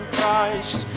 Christ